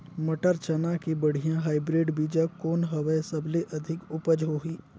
मटर, चना के बढ़िया हाईब्रिड बीजा कौन हवय? सबले अधिक उपज होही?